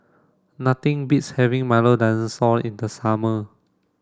nothing beats having Milo Dinosaur in the summer